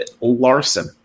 Larson